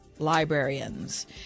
Librarians